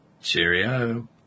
Cheerio